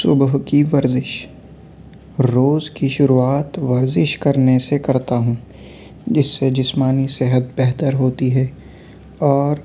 صبح کی ورزش روز کی شروعات ورزش کرنے سے کرتا ہوں جس سے جسمانی صحت بہتر ہوتی ہے اور